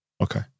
okay